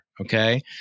okay